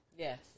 Yes